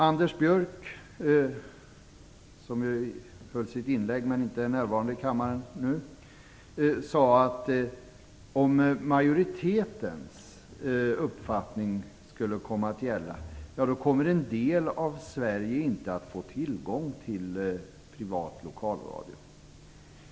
Anders Björck, som har hållit ett inlägg men inte nu är närvarande i kammaren, sade att om majoritetens uppfattning skulle komma att gälla, kommer en del av Sverige inte att få tillgång till privat lokalradio.